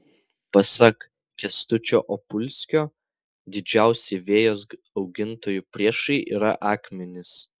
pasak kęstučio opulskio didžiausi vejos augintojų priešai yra akmenys